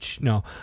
No